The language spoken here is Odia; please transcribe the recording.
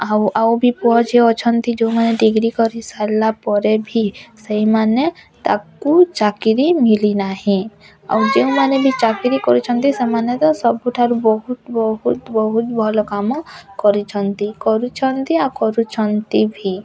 ଆଉ ଆଉ ବି ପୁଅ ଝିଅ ଅଛନ୍ତି ଯୋଉମାନେ ଡିଗ୍ରୀ କରି ସାରିଲା ପରେ ବି ସେଇମାନେ ତାକୁ ଚାକିରୀ ମିଳି ନାହିଁ ଆଉ ଯୋଉମାନେ ବି ଚାକିରୀ କରୁଛନ୍ତି ସେମାନେ ତ ସବୁଠାରୁ ବହୁତ ବହୁତ ବହୁତ ଭଲ କାମ କରିଛନ୍ତି କରୁଛନ୍ତି ଆଉ କରୁଛନ୍ତି ଭି